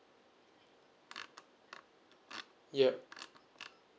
yup